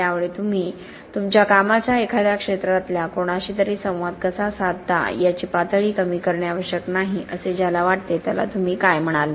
त्यामुळे तुम्ही तुमच्या कामाचा एखाद्या क्षेत्रातल्या कोणाशी तरी संवाद कसा साधता याची पातळी कमी करणे आवश्यक नाही असे ज्याला वाटते त्याला तुम्ही काय म्हणाल